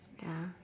ya